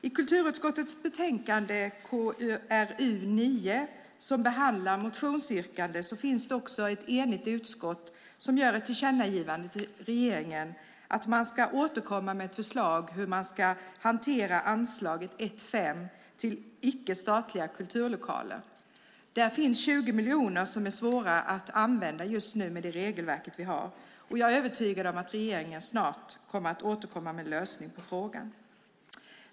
I kulturutskottets betänkande, KrU9, som behandlar motionsyrkanden, finns det ett enigt utskott som ställer sig bakom att vi ska ge regeringen till känna att regeringen ska återkomma med förslag om hur man ska fördela anslaget 1:5 Stöd till icke-statliga kulturlokaler. Där finns 20 miljoner som är svåra att använda med det regelverk som vi nu har. Jag är övertygad om att regeringen snart återkommer med en lösning på frågan.